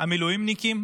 המילואימניקים